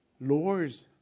Lord's